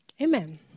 Amen